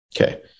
Okay